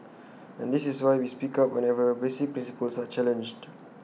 and this is why we speak up whenever basic principles are challenged